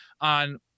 on